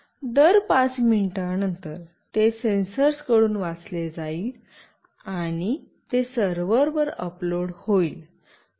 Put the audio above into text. दर 5 मिनिटानंतर ते सेन्सर्सकडून वाचले जाईल आणि ते सर्व्हरवर अपलोड होईल